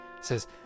says